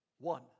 one